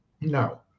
no